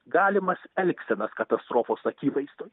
galimas elgsenas katastrofos akivaizdoj